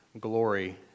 glory